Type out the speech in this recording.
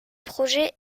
projet